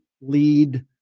lead